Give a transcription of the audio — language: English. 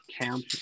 camp